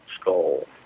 Skull